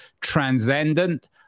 Transcendent